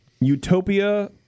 Utopia